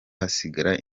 hasigara